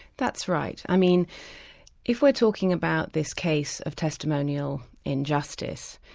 that's right. i mean if we're talking about this case of testimonial injustice,